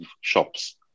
shops